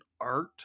art